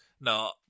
No